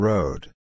Road